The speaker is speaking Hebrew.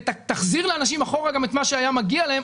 תחזיר לאנשים אחורה גם את מה שהיה מגיע להם.